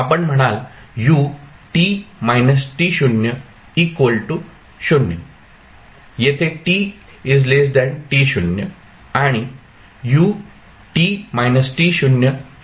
आपण म्हणाल येथे आणि येथे असेल